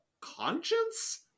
conscience